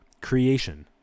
creation